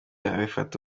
abifata